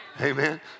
Amen